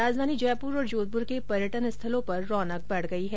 राजधानी जयपुर और जोधपुर के पर्यटन स्थलों पर रौनक बढ़ गई है